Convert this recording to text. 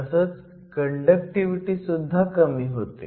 तसंच कंडक्टीव्हीटी सुद्धा कमी होती